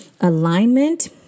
alignment